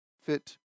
fit